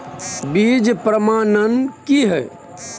बीज प्रमाणन की हैय?